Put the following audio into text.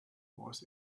was